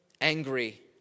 angry